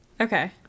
Okay